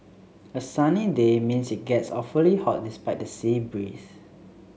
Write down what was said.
a sunny day means it gets awfully hot despite the sea breeze